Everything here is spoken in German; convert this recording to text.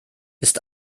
ist